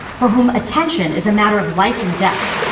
for whom attention is a matter of life and death.